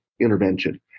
intervention